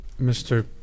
Mr